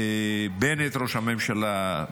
בנט, ראש הממשלה,